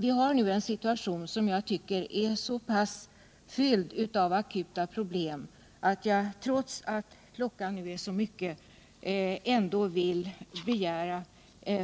Vi har nu en situation som jag tycker är så fylld av akuta problem att jag, trots att klockan är så mycket, ändå vill begära